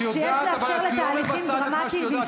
את יודעת אבל את לא מבצעת את מה שאת יודעת.